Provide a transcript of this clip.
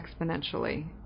exponentially